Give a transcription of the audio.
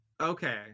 Okay